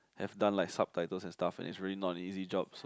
have done like subtitle and stuff and it's really not an easy job so